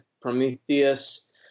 Prometheus